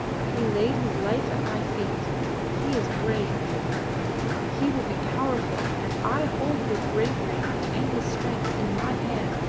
he laid his life at my feet he is brave he will be powerful, and i hold his bravery and his strength in my hand,